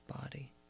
body